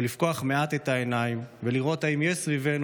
לפקוח מעט את העיניים ולראות אם יש סביבנו